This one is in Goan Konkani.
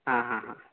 हां हां हां